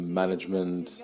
management